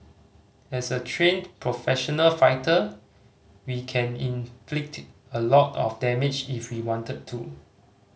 as a trained professional fighter we can inflict a lot of damage if we wanted to